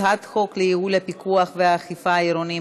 הצעת חוק לייעול הפיקוח והאכיפה העירוניים